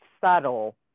subtle